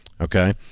Okay